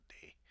day